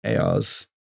ARs